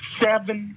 seven